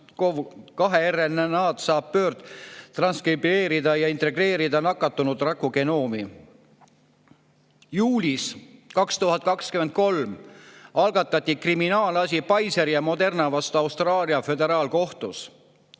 RNA‑d saab pöördtranskribeerida ja integreerida nakatunud raku genoomi. Juulis 2023 algatati kriminaalasi Pfizeri ja Moderna vastu Austraalia föderaalkohtus.